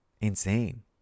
insane